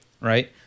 right